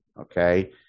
Okay